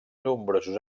nombrosos